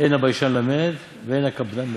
אין הביישן למד ואין הקפדן מלמד.